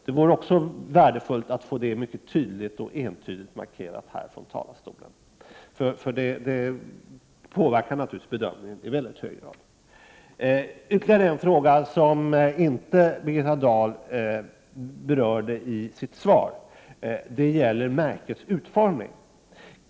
Det vore värdefullt att få också detta tydligt och entydigt markerat från talarstolen, eftersom det naturligtvis påverkar bedömningen i mycket hög grad. En annan fråga som Birgitta Dahl inte berörde i sitt svar gäller märkets utformning.